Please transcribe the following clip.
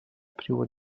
privo